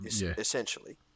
essentially